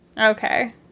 Okay